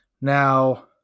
Now